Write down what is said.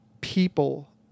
people